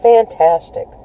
Fantastic